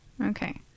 okay